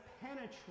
penetrate